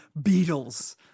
Beatles